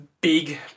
big